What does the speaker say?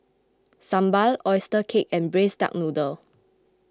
Sambal Oyster Cake and Braised Duck Noodle